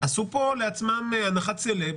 עשו פה לעצמם הנחת סלב,